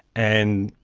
and,